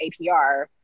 APR